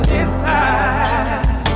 inside